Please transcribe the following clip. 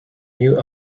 new